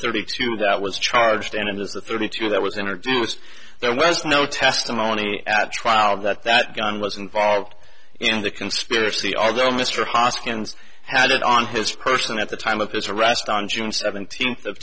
thirty two that was charged and is the thirty two that was introduced there was no testimony at trial that that gun was involved in the conspiracy although mr hoskins had it on his person at the time of his arrest on june seventeenth of